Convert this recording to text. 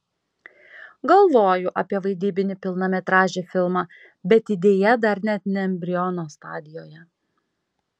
galvoju apie vaidybinį pilnametražį filmą bet idėja dar net ne embriono stadijoje